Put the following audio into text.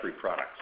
products